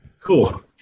Cool